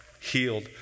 healed